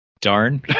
darn